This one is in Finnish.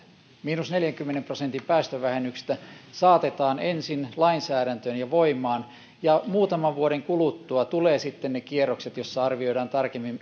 miinus neljänkymmenen prosentin päästövähennyksistä saatetaan ensin lainsäädäntöön ja voimaan ja muutaman vuoden kuluttua tulevat sitten ne kierrokset joissa arvioidaan tarkemmin